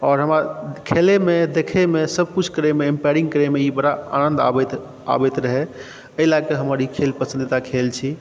आओर हमरा खेलेमे देखैमे सभ कुछ करै में इम्पायरिंग करैमे बड़ा आनन्द आबैत रहै ओहि लए कऽ ई हमर पसन्दीदा खेल छी